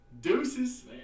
Deuces